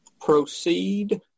Proceed